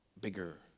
bigger